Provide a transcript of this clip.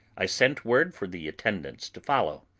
i sent word for the attendants to follow.